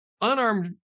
unarmed